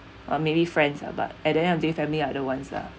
or maybe friends lah but at the end of the family are the ones lah